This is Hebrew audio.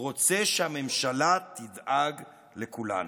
רוצה שהממשלה תדאג לכולנו".